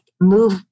move